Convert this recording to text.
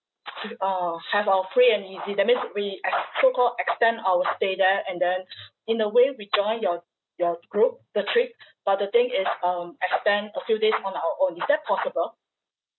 uh have our free and easy that means we ex~ so call extend our stay there and then in a way we join your your group the trip but the thing is um extend a few days on our own is that possible